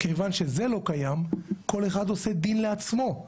כיוון שזה לא קיים כל אחד עושה דין לעצמו.